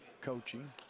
coaching